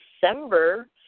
December